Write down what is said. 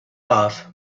off